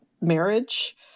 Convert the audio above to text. marriage